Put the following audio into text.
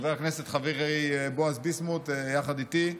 חבר הכנסת חברי בועז ביסמוט, יחד איתי,